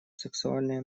сексуальное